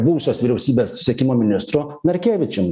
buvusios vyriausybės susisiekimo ministru narkevičium